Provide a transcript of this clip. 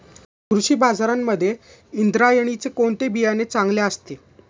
कृषी बाजारांमध्ये इंद्रायणीचे कोणते बियाणे चांगले असते?